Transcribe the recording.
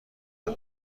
وسط